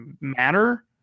matter